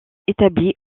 établie